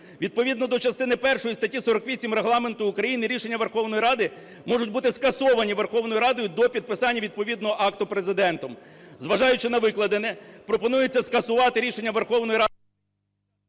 Відповідно до частини першої статті 48 Регламенту України рішення Верховної Ради можуть бути скасовані Верховною Радою до підписання відповідного акта Президентом. Зважаючи на вкладене, пропонується скасувати рішення Верховної Ради…